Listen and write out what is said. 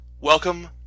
welcome